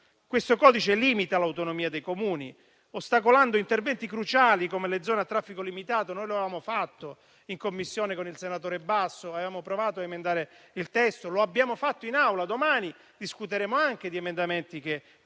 Questo codice limita l'autonomia dei Comuni, ostacolando interventi cruciali come le zone a traffico limitato. Noi lo avevamo fatto in Commissione con il senatore Basso, cercando di emendare il testo, lo faremo in Assemblea domani, discutendo di emendamenti che